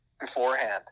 beforehand